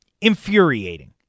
infuriating